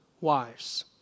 wives